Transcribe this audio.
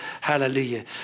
hallelujah